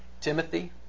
Timothy